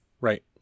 Right